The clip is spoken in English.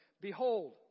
Behold